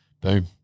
Boom